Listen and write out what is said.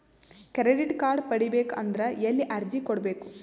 Credit card ಪಡಿಬೇಕು ಅಂದ್ರ ಎಲ್ಲಿ ಅರ್ಜಿ ಕೊಡಬೇಕು?